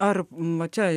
ar va čia